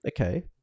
okay